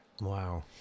Wow